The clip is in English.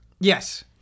Yes